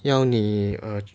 要你 err